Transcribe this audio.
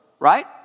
right